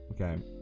Okay